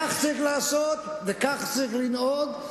כך צריך לעשות וכך צריך לנהוג.